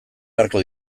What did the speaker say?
beharko